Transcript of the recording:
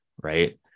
Right